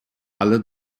alle